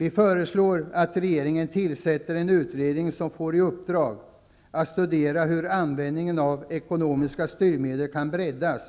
Vi föreslår att regeringen tillsätter en utredning som får i uppdrag att studera hur användningen av ekonomiska styrmedel kan breddas